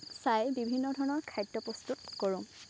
চাই বিভিন্ন ধৰণৰ খাদ্য প্ৰস্তুত কৰোঁ